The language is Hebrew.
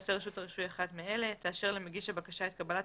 הרישוי אחת מאלה: תאשר למגיש הבקשה את קבלת